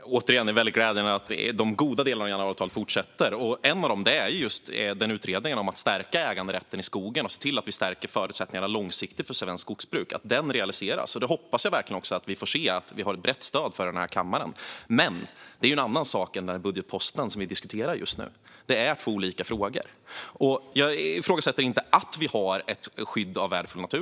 Fru talman! Återigen är det väldigt glädjande att de goda delarna i januariavtalet fortsätter. En av dem är just att utredningen om att stärka äganderätten i skogen och att se till att vi långsiktigt stärker förutsättningarna för svenskt skogsbruk realiseras. Jag hoppas verkligen att vi får se att vi har brett stöd för detta i kammaren. Men det är en annan sak än den budgetpost som vi diskuterar just nu. Det är två olika frågor. Jag ifrågasätter inte att vi har ett skydd av värdefull natur.